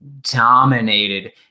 dominated